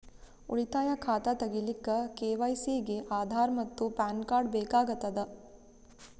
ಉಳಿತಾಯ ಖಾತಾ ತಗಿಲಿಕ್ಕ ಕೆ.ವೈ.ಸಿ ಗೆ ಆಧಾರ್ ಮತ್ತು ಪ್ಯಾನ್ ಕಾರ್ಡ್ ಬೇಕಾಗತದ